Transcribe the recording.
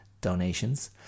donations